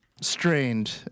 strained